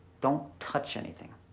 don't touch anything.